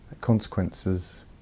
consequences